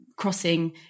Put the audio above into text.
Crossing